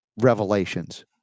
revelations